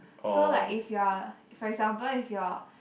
so like if you are a for example if you're